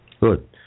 Good